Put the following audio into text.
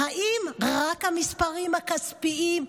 האם רק המספרים הכספיים,